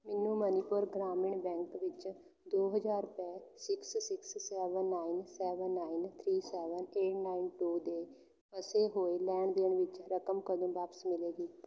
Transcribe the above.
ਮੈਨੂੰ ਮਨੀਪੁਰ ਗ੍ਰਾਮੀਣ ਬੈਂਕ ਵਿੱਚ ਦੋ ਹਜ਼ਾਰ ਰੁਪਏ six six seven nine seven nine three seven eight nine two ਦੇ ਫਸੇ ਹੋਏ ਲੈਣ ਦੇਣ ਵਿੱਚ ਰਕਮ ਕਦੋਂ ਵਾਪਸ ਮਿਲੇਗੀ